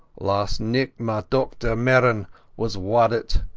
last nicht my dochter merran was waddit,